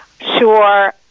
Sure